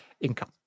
income